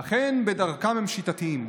ואכן, בדרכם הם שיטתיים: